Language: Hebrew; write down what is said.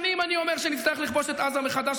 שנים אני אומר שנצטרך לכבוש את עזה מחדש.